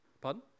pardon